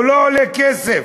הוא לא עולה כסף.